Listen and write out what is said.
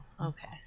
Okay